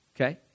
okay